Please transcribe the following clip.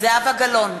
זהבה גלאון,